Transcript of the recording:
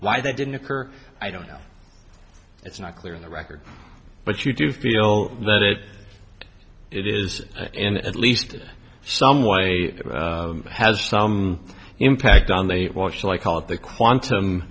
why they didn't occur i don't know it's not clear in the record but you do feel that it is in at least some way it has some impact on the war so i call it the quantum